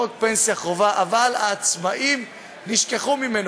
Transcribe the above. חוק פנסיה חובה, אבל העצמאים נשכחו בו.